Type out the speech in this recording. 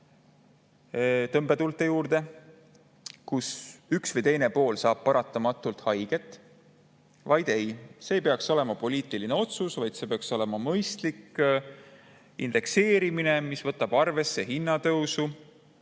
tõmbetuulte [kätte], nii et üks või teine pool saab paratamatult haiget. Ei, see ei peaks olema poliitiline otsus, vaid see peaks olema mõistlik indekseerimine, mis võtab arvesse hinnatõusu.